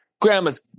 Grandma's